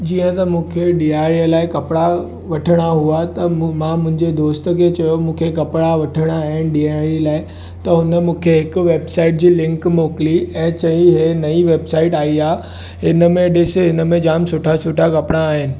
जीअं त मूंखे ॾियारीअ लाइ कपिड़ा वठिणा हुआ त मूं मां मुंहिजे दोस्त खे चयो मूंखे कपिड़ा वठिणा आहिनि ॾियारी लाइ त हुन मूंखे हिकु वेबसाइट जी लिंक मोकिली ऐं चई ही नई वेबसाइट आई आहे हिन में ॾिसि हिन में जामु सुठा सुठा कपिड़ा आहिनि